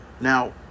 Now